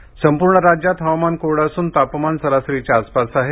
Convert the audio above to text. हवामान संपूर्ण राज्यात हवामान कोरडं असून तापमान सरासरीच्या आसपास आहे